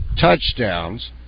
touchdowns